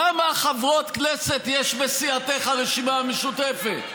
כמה חברות כנסת בסיעתך, הרשימה המשותפת?